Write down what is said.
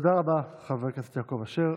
תודה רבה, חבר הכנסת יעקב אשר.